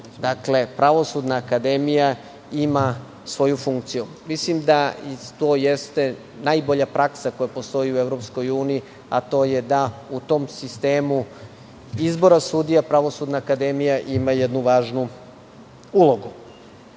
Dakle, Pravosudna akademija ima svoju funkciju. Mislim da to jeste najbolja praksa koja postoji u Evropskoj uniji, a to je da u tom sistemu izbora sudija, Pravosudna akademija ima jednu važnu ulogu. Ono